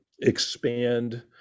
expand